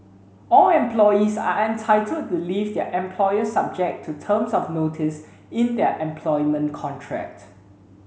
all employees are entitled to leave their employer subject to terms of notice in their employment contract